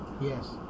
yes